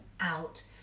out